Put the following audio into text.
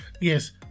yes